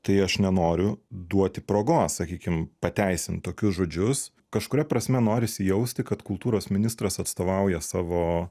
tai aš nenoriu duoti progos sakykim pateisint tokius žodžius kažkuria prasme norisi jausti kad kultūros ministras atstovauja savo